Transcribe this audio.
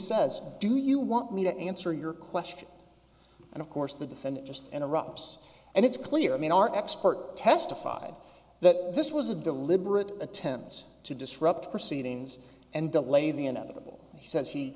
says do you want me to answer your question and of course the defendant just interrupts and it's clear i mean our expert testified that this was a deliberate attempt to disrupt the proceedings and delay the inevitable he sa